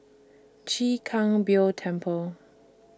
Chwee Kang Beo Temple